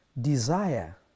Desire